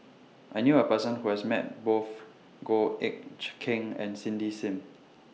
I knew A Person Who has Met Both Goh Eck Kheng and Cindy SIM